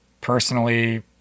personally